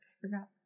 forgot